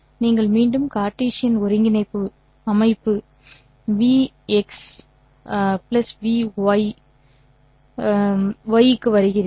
நீங்கள் மீண்டும் கார்ட்டீசியன் ஒருங்கிணைப்பு அமைப்பு vx x vy y க்கு வருகிறீர்கள்